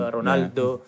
Ronaldo